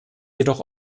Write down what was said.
jedoch